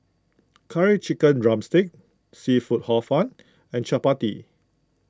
Curry Chicken Drumstick Seafood Hor Fun and Chappati